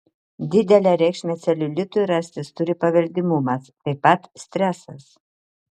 didelę reikšmę celiulitui rastis turi paveldimumas taip pat stresas